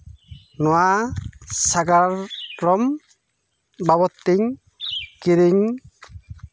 ᱱᱚᱣᱟ ᱥᱟᱜᱟᱲ ᱠᱨᱚᱢ ᱵᱟᱵᱚᱫ ᱛᱤᱧ ᱠᱤᱨᱤᱧ